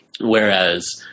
whereas